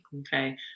okay